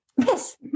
Yes